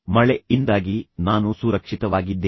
ಮಳೆ ಇಂದಾಗಿ ನಾನು ಸುರಕ್ಷಿತವಾಗಿದ್ದೇನೆ